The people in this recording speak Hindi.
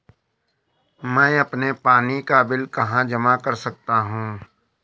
मैं अपने पानी का बिल कहाँ जमा कर सकता हूँ?